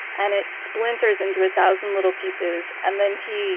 and it splinters into a thousand little pieces. and then he